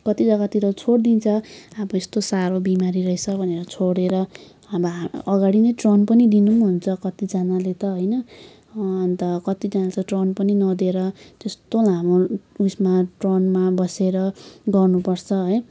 कति जग्गातिर छोडिदिन्छ अब यस्तो साह्रो बिमारी रहेछ भनेर छोडेर अब अगाडि नै ट्रन पनि दिनु पनि हुन्छ कतिजनाले त होइन अन्त कतिजनाले त ट्रन पनि नदिएर त्यस्तो लामो उइसमा ट्रनमा बसेर गर्नुपर्छ है